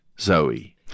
Zoe